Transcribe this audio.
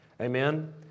Amen